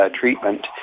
treatment